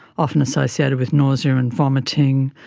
often associated with nausea and vomiting,